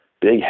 big